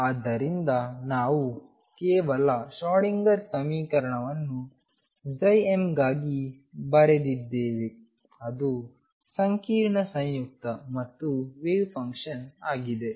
ಆದ್ದರಿಂದ ನಾವು ಕೇವಲ ಶ್ರೊಡಿಂಗರ್Schrödinger ಸಮೀಕರಣವನ್ನು mಗಾಗಿ ಬರೆದಿದ್ದೇವೆ ಅದು ಸಂಕೀರ್ಣ ಸಂಯುಕ್ತ ಮತ್ತು ವೇವ್ ಫಂಕ್ಷನ್ ಆಗಿದೆ